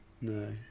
No